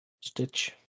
Stitch